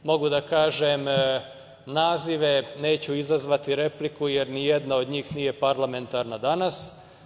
Mogu da kažem nazive, neću izazvati repliku jer nijedna od njih nije parlamentarna danas.